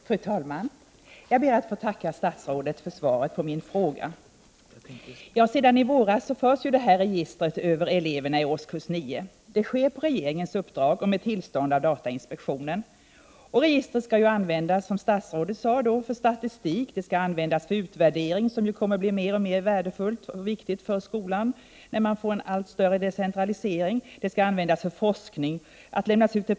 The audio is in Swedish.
Fru talman! Jag ber att få tacka statsrådet för svaret på min fråga. Sedan i våras förs detta register över eleverna i årskurs 9. Det sker på regeringens uppdrag och med tillstånd av datainspektionen. Registret skall ju, som statsrådet sade, användas för statistik och utvärdering, något som Prot. 1988/89:42 kommer att bli mer och mer värdefullt och viktigt för skolan när man får en 9 december 1988 allt större decentralisering. Registret skall användas för forskning, för att 3 52.